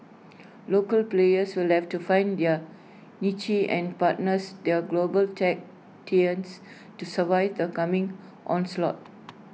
local players will left to find their niche and partners their global tech titans to survive the coming onslaught